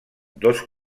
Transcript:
dos